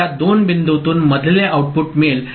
तर या दोन बिंदूतून मधले आउटपुट मिळेल